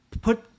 put